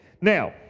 Now